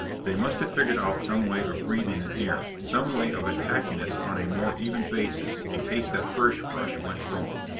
they must have figured out some way of breathing in air, some way of attacking us on a more even basis in case that first rush went wrong.